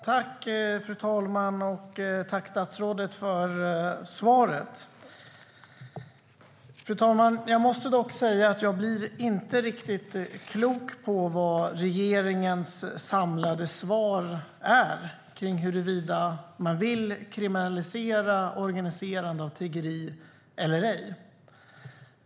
Fru talman! Jag tackar statsrådet för svaret. Jag måste dock säga att jag inte blir riktigt klok på vad regeringens samlade svar är när det gäller om man vill kriminalisera organiserande av tiggeri eller ej.